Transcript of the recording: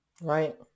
right